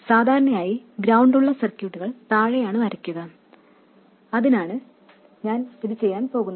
സാധാരണയായി ഗ്രൌണ്ട് ഉള്ള സർക്യൂട്ടുകൾ താഴെയാണ് വരയ്ക്കുക അത് തന്നെയാണ് ഞാൻ ഇതിലും ചെയ്യാൻ പോകുന്നത്